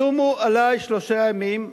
צומו עלי שלושה ימים,